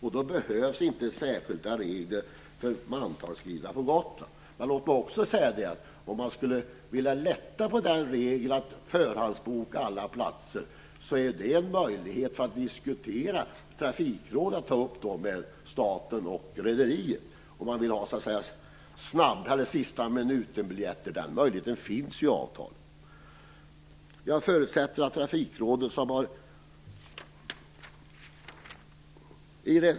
Därför behövs inga särskilda regler för dem som är mantalsskrivna på Gotland. Men låt mig också säga att om man skulle vilja lätta på regeln att alla platser kan förhandsbokas, så har Trafikrådet möjlighet ta upp frågan för diskussion med staten och rederiet. Möjligheten till sistaminuten-biljetter finns ju i avtalet.